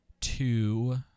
two